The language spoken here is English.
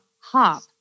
hop